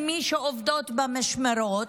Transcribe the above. למי שעובדות במשמרות,